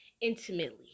intimately